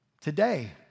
today